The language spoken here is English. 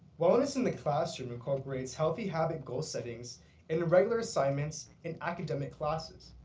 bonus in the classroom incorporates healthy habit goal settings and in regular assignments in academic classes.